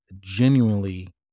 genuinely